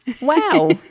wow